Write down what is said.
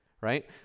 Right